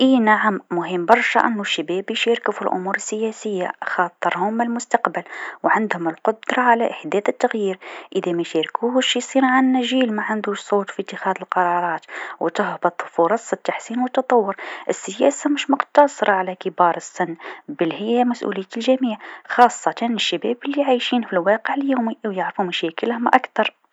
إيه نعم مهم برشا أنو الشباب يشاركو في الأمور السياسيه خاطر هم المستقبل و عندهم القدره على إحداث التغيير، إذا مشاركوش يصنعلنا جيل معندوش صوت في إتخاذ القرارات و تهبط فرص التحسين و التطور، السياسه مش مقتصر على كبار السن بل هي مسؤوليه الجميع خاصة الشباب لعايشين في الواقع اليومي و يعرفو مشاكلهم أكثر.